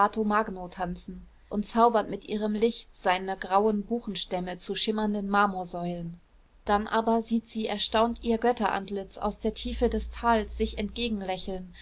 tanzen und zaubert mit ihrem licht seine grauen buchenstämme zu schimmernden marmorsäulen dann aber sieht sie erstaunt ihr götterantlitz aus der tiefe des tals sich